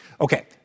Okay